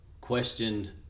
Questioned